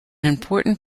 important